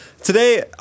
Today